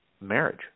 marriage